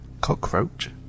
cockroach